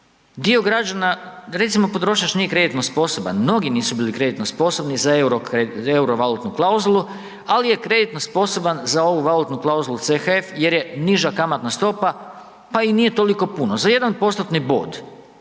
dio građana, recimo, potrošač nije kreditno sposoban, mnogi nisu bili kreditno sposobni za euro valutnu klauzulu, ali je kreditno sposoban za ovu valutnu klauzulu CHF jer je niža kamatna stopa pa i nije toliko puno, za jedan